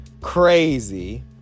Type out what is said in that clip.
crazy